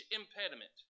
impediment